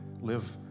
live